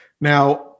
Now